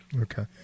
okay